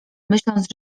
myśląc